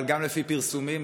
אבל גם לפי פרסומים,